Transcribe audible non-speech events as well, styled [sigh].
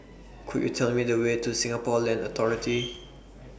Could YOU Tell Me The Way to Singapore Land Authority [noise]